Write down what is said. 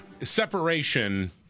Separation